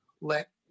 let